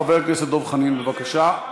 חבר הכנסת דב חנין, בבקשה.